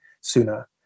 sooner